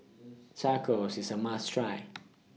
Tacos IS A must Try